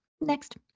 Next